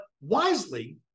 wisely